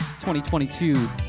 2022